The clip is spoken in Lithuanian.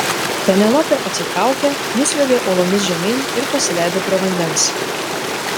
penelopė atsitraukė nusliuogė uolomis žemyn ir pasileido prie vandens